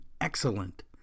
excellent